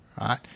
right